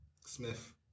Smith